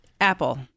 Apple